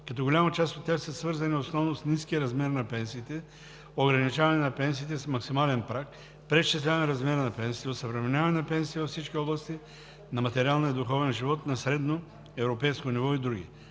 като голяма част от тях са свързани основно с ниския размер на пенсиите, ограничаване на пенсиите с максимален праг, преизчисляване размера на пенсиите, осъвременяване на пенсиите във всички области на материалния и духовен живот на средноевропейско ниво и други.